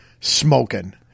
smoking